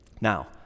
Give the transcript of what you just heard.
Now